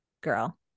girl